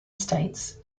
states